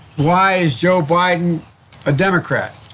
why is joe biden a democrat?